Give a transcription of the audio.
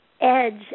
edge